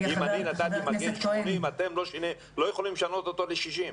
אם אני נתתי מגן 80 אתם לא יכולים לשנות אותו ל-60.